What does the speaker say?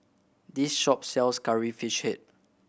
this shop sells Curry Fish Head